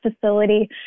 facility